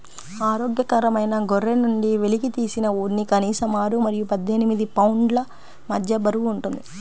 ఆరోగ్యకరమైన గొర్రె నుండి వెలికితీసిన ఉన్ని కనీసం ఆరు మరియు పద్దెనిమిది పౌండ్ల మధ్య బరువు ఉంటుంది